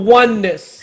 oneness